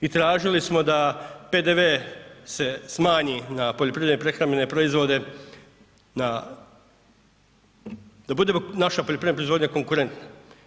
I tražili smo da PDV se smanji na poljoprivredno-prehrambene proizvode da bude naša poljoprivredna proizvodnja konkurentna.